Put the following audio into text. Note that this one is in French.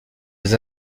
les